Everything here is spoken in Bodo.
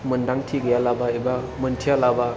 मोनदांथि गैयालाबा एबा मोनथियालाबा